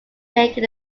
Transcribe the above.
make